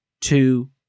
two